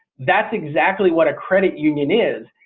that's exactly what a credit union is.